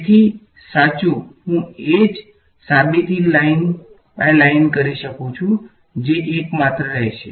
તેથી સાચું હું એક જ સાબિતી લાઇન બાય લાઈન કરી શકું છું જે એકમાત્ર રહેશે